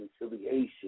reconciliation